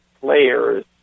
players